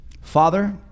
Father